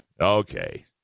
Okay